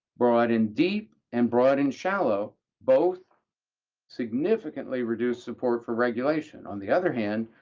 broad and deep and broad and shallow both significantly reduce support for regulation. on the other hand,